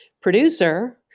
producer